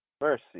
Mercy